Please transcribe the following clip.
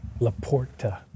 Laporta